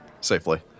safely